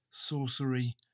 sorcery